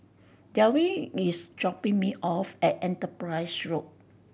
Delvin is dropping me off at Enterprise Road